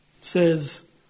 says